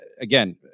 again